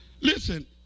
listen